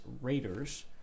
Raiders